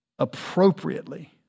appropriately